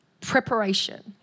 preparation